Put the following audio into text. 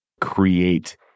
create